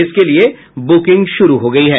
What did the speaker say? इसके लिये बुकिंग शुरू हो गयी है